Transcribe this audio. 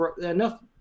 enough